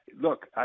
Look